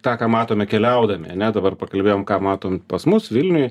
tą ką matome keliaudami ane dabar pakalbėjom ką matom pas mus vilniuj